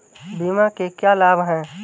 बीमा के क्या लाभ हैं?